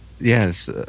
Yes